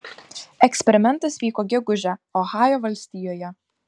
eksperimentas vyko gegužę ohajo valstijoje